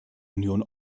union